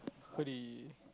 could he